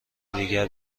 دیگر